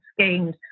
schemes